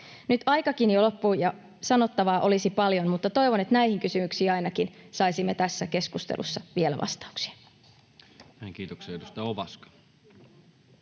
Nyt aikakin jo loppuu ja sanottavaa olisi paljon, mutta toivon, että ainakin näihin kysymyksiin saisimme tässä keskustelussa vielä vastauksia. [Speech 137]